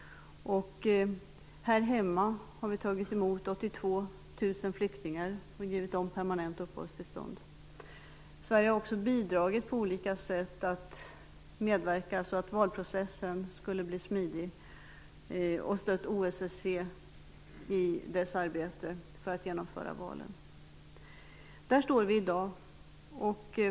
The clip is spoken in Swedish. Här hemma har vi tagit emot 82 000 flyktingar och givit dem permanent uppehållstillstånd. Sverige har också på olika sätt medverkat till att få valprocessen smidig och stött OSSE i dess arbete för att genomföra valen. Där står vi i dag.